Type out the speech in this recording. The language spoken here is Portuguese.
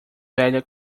velha